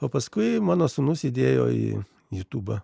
o paskui mano sūnus įdėjo į jutubą